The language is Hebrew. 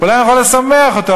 אולי אני יכול לשמח אותו,